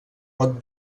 pot